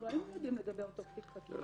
לא היינו יודעים לגבי אותו תיק חקירה.